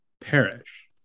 perish